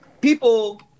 people